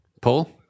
Paul